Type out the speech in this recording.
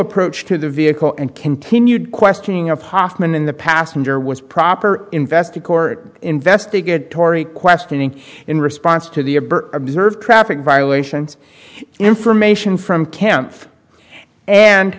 approach to the vehicle and continued questioning of hoffman in the passenger was proper invested investigatory questioning in response to the observed traffic violations information from camp and